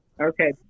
Okay